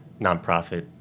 nonprofit